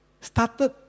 Started